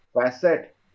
facet